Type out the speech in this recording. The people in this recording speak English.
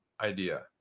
idea